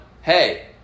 hey